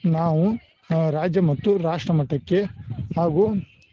ನಾವು ರಾಜ್ಯ ಮತ್ತು ರಾಷ್ಟ್ರ ಮಟ್ಟಕ್ಕೆ ಹಾಗು